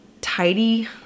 tidy